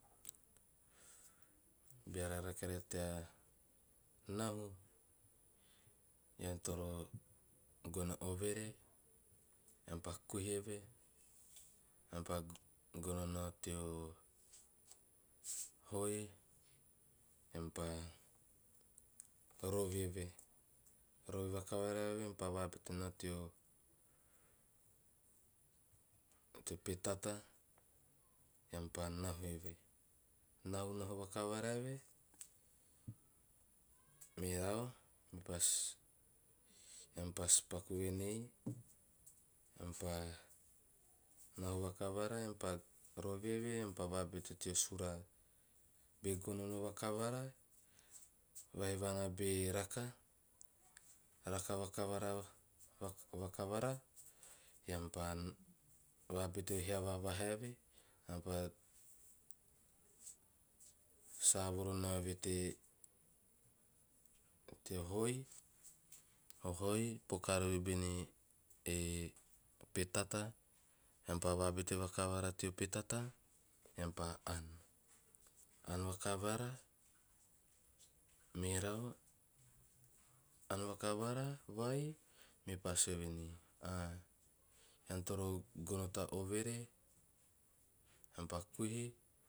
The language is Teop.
Beara rake rara tea nahu, ean toro gono a overe eam oa kahi eve. Eam pa gono teo hoi, eam pa rovii eve, rovi vakavara, eam pa vabete nao teo petata eam nahu eve. Nahu vakavara eve, merau mepa sue, "eam pasi paku venei, eam pa nahu vakavara eam rovi eve eam pa vabete teo suraa be gonono vakavara. Vahiuana be raka, raka vakavara eam pa vabete hiava eve eam pa savoro na'o eve te teo hoi poka riori bene e petata. Eam pa vabete rakavara teo petata, eam pa aan. Aan vakavara merau aan vakavara vai mepa sue venei, "ean toro gono ta overe eam pa kuhi,